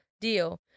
deal